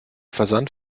versand